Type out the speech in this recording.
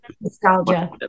nostalgia